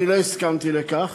אני לא הסכמתי לכך.